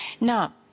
Now